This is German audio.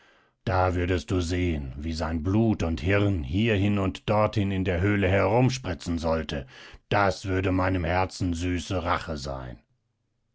da würdest du sehen wie sein blut und hirn hierhin und dorthin in der höhle herumspritzen sollte das würde meinem herzen süße rache sein